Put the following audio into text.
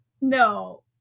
No